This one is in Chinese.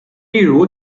例如